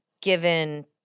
given